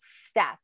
step